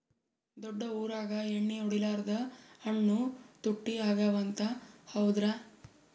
ದೊಡ್ಡ ಊರಾಗ ಎಣ್ಣಿ ಹೊಡಿಲಾರ್ದ ಹಣ್ಣು ತುಟ್ಟಿ ಅಗವ ಅಂತ, ಹೌದ್ರ್ಯಾ?